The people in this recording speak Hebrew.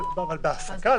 למה זה רלוונטי להעסקה?